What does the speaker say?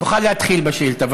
תוכל להתחיל בשאילתה,